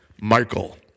Michael